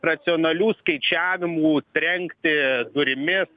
racionalių skaičiavimų trenkti durimis